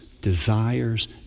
desires